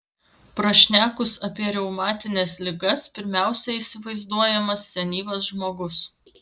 prašnekus apie reumatines ligas pirmiausia įsivaizduojamas senyvas žmogus